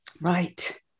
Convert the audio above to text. Right